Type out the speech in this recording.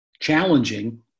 challenging